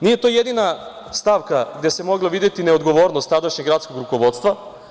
Nije to jedina stavka gde se mogla videti neodgovornost tadašnjeg gradskog rukovodstva.